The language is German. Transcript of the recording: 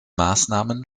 maßnahmen